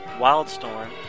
Wildstorm